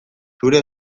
zure